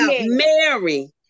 Mary